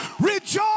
Rejoice